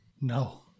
No